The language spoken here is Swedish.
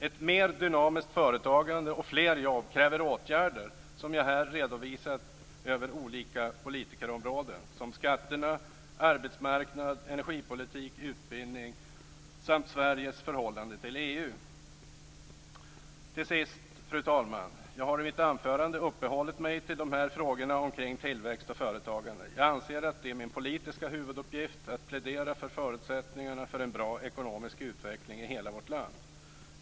Ett mer dynamiskt företagande och fler jobb kräver åtgärder som jag här redovisat på olika politikområden såsom skatter, arbetsmarknad, energipolitik, utbildning samt Sveriges förhållande till EU. Fru talman! Jag har i mitt anförande uppehållit mig vid frågorna om tillväxt och företagande. Jag anser att det är min politiska huvuduppgift att plädera för förutsättningarna för en bra ekonomisk utveckling i hela vårt land.